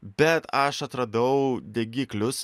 bet aš atradau degiklius